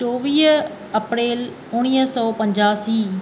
चोवीह अप्रैल उणिवीह सौ पंजासी